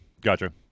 Gotcha